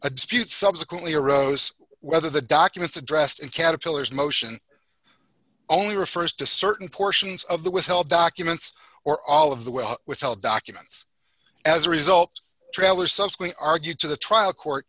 a dispute subsequently arose whether the documents addressed in caterpillars motion only refers to certain portions of the withheld documents or all of the well withheld documents as a result trailer subsequent argued to the trial court